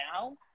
now